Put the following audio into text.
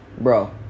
bro